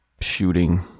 shooting